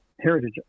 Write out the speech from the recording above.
heritage